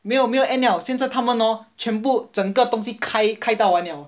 没有没有 end liao 现在他们 hor 全部整个东西开开到完了